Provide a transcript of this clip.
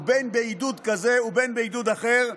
בין בעידוד כזה ובין בעידוד אחר.